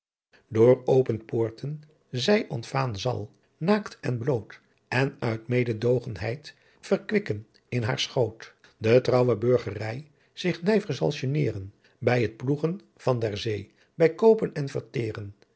door open poorten zy ontfaên zal naakt en bloot en uit meedoogenheidt verquikken in haar schoot de trouwe burgery zich nyver zal geneeren by t ploegen van der zee by koopen en verteeren